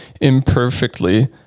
imperfectly